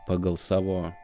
pagal savo